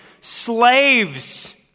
slaves